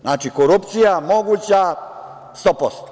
Znači, korupcija moguća 100%